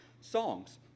songs